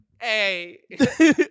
hey